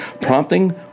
Prompting